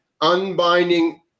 Unbinding